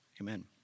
Amen